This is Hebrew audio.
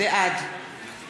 בעד